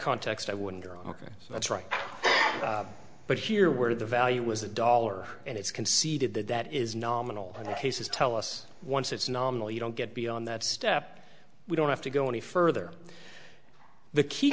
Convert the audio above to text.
context i wouldn't care ok so that's right but here where the value was a dollar and it's conceded that that is nominal in the cases tell us once it's nominal you don't get beyond that step we don't have to go any further the key